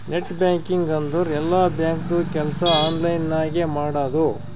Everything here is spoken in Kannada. ನೆಟ್ ಬ್ಯಾಂಕಿಂಗ್ ಅಂದುರ್ ಎಲ್ಲಾ ಬ್ಯಾಂಕ್ದು ಕೆಲ್ಸಾ ಆನ್ಲೈನ್ ನಾಗೆ ಮಾಡದು